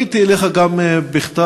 פניתי אליך גם בכתב,